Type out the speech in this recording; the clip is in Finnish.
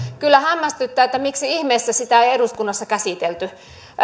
kyllä hämmästyttää miksi ihmeessä sitä ei eduskunnassa käsitelty